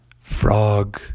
Frog